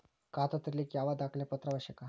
ಖಾತಾ ತೆರಿಲಿಕ್ಕೆ ಯಾವ ದಾಖಲೆ ಪತ್ರ ಅವಶ್ಯಕ?